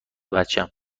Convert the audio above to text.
بچم